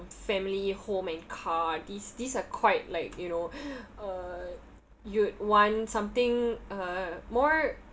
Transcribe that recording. family home and car these these are quite like you know uh you would want something uh more